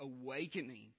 awakening